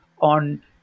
on